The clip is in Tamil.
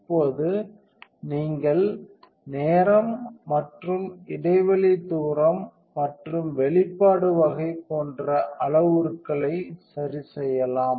இப்போது நீங்கள் நேரம் மற்றும் இடைவெளி தூரம் மற்றும் வெளிப்பாடு வகை போன்ற அளவுருக்களை சரிசெய்யலாம்